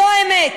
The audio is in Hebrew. זו האמת.